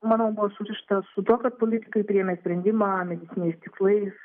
manau buvo surišta su tuo kad politikai priėmė sprendimą medicininiais tikslais